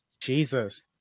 Jesus